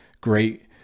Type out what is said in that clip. great